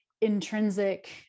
intrinsic